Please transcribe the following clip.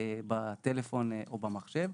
בטלפון או במחשב.